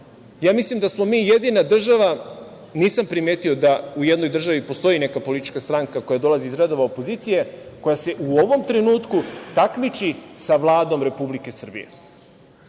mislim da smo mi jedina država, nisam primetio da u jednoj državi postoji jedna politička stranka koja dolazi iz redova opozicija, koja se u ovom trenutku takmiči sa Vladom Republike Srbije,